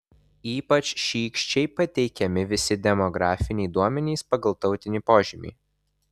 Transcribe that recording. ypač šykščiai pateikiami visi demografiniai duomenys pagal tautinį požymį